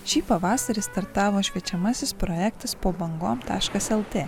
šį pavasarį startavo šviečiamasis projektas po bangom taškas el t